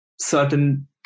certain